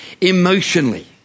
Emotionally